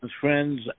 friends